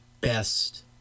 best